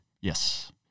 Yes